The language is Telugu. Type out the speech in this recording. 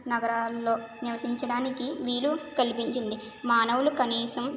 నగరాల్లో నివసించడానికి వీలు కల్పించింది మానవులు కనీసం